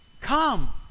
come